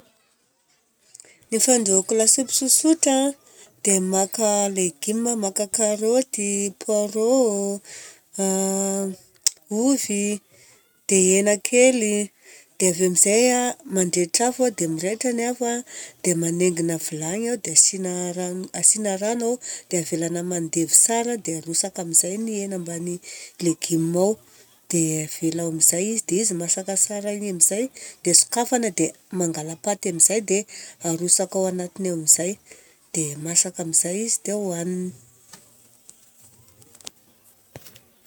Ny fandrahoko lasopy tsotsotra dia maka legioma, maka karôty, poirrot, ovy, dia hena kely. Dia avy eo amizay a, mandrehitra afo a. Dia mirehitra ny afo a, dia manengina vilagny iaho dia asiana rano. Dia avelanao mandevy tsara dia arotsaka amizay ny hena mbany legioma ao dia avela ao amizay izy. Dia izy masaka tsara igny amizay dia sokafana dia mangala paty amizay dia arotsaka ao anatiny ao amizay. Dia masaka amizay izy dia ohanina